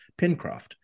Pincroft